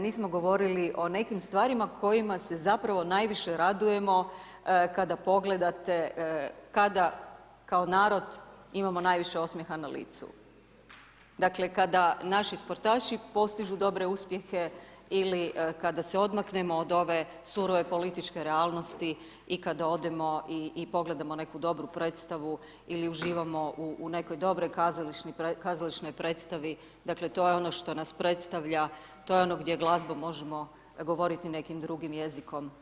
Nismo govorili o nekim stvarima kojima se zapravo najviše radujemo kada pogledate kada kao narod imamo najviše osmjeha na licu, dakle kada naši sportaši postižu dobre uspjehe ili kada se odmaknemo od ove surove političke realnosti i kada odemo i pogledamo neku dobru predstavu ili uživamo u nekoj dobroj kazališnoj predstavi, dakle to je ono što nas predstavlja, to je ono gdje glazbom možemo govoriti nekim drugim jezikom.